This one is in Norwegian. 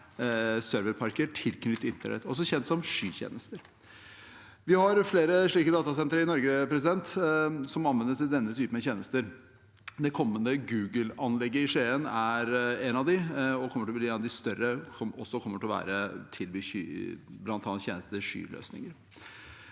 serverparker tilknyttet internett, også kjent som skytjenester. Vi har flere slike datasenter i Norge som anvendes til denne typen tjenester. Det kommende Google-anlegget i Skien er ett av dem, og det blir ett av de større som kommer til å tilby tjenester